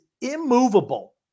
immovable